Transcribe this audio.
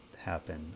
happen